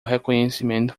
reconhecimento